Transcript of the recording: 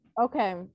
Okay